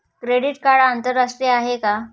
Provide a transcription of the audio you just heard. Credit card आंतरराष्ट्रीय आहे का?